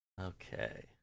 Okay